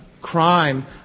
crime